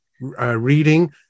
reading